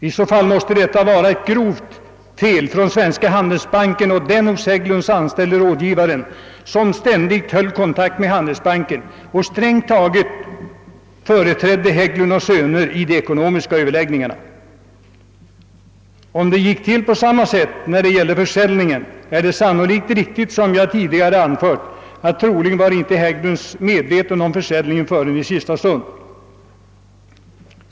I så fall måste detta vara ett grovt fel från Svenska handelsbanken och den hos Hägglunds anställde rådgivaren, som ständigt höll kontakt med banken och strängt taget företrädde Hägglund & Söner i de ekonomiska överläggningarna. Gick det till på samma sätt beträffande försäljningen, är det sannolikt riktigt som jag tidigare anfört, att Hägglunds troligen inte visste om försäljningen förrän i sista stund.